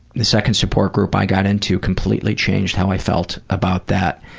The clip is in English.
the second support group i got into completely changed how i felt about that,